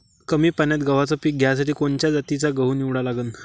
कमी पान्यात गव्हाचं पीक घ्यासाठी कोनच्या जातीचा गहू निवडा लागन?